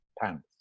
pants